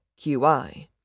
QI